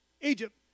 Egypt